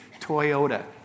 Toyota